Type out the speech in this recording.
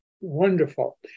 wonderful